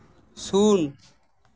ᱥᱩᱱ